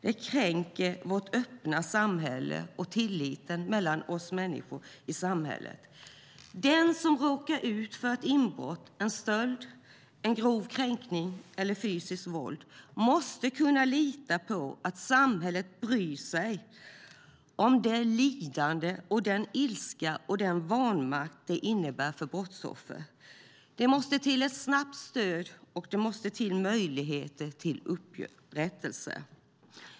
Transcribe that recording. De kränker vårt öppna samhälle och tilliten mellan oss människor i samhället. Den som råkar ut för ett inbrott, en stöld, en grov kränkning eller fysiskt våld måste kunna lita på att samhället bryr sig om det lidande, den ilska och vanmakt som det innebär för brottsoffer. Det måste till ett snabbt stöd och möjligheter till upprättelse.